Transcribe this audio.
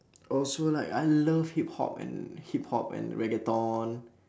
also like I like love hip-hop and hip-hop and reggaeton